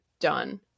done